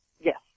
Yes